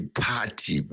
party